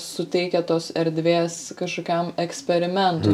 suteikiat tos erdvės kažkokiam eksperimentui